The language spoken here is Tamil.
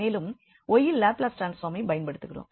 மேலும் y இல் லாப்லஸ் ட்ரான்ஸ்ஃபார்மைப் பயன்படுத்துகிறோம்